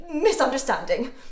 misunderstanding